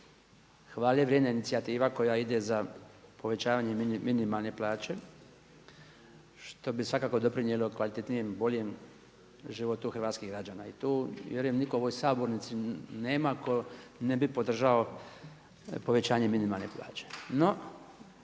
hvale vrijedna inicijativa koja ide za povećavanje minimalne plaće, što bi svakako doprinijelo kvalitetnijem, boljem životu hrvatskih građana. I tu vjerujem nikog u ovoj sabornici nema tko ne bi podržao povećanje minimalne plaće.